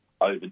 over